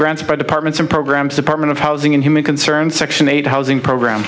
grants by departments of programs department of housing and human concern section eight housing program